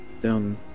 Down